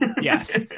Yes